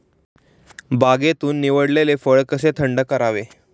बागेतून निवडलेले फळ कसे थंड करावे?